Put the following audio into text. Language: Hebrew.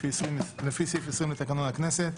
לפי סעיף 20 לתקנון הכנסת.